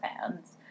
fans